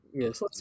Yes